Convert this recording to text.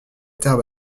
terre